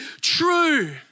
true